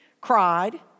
cried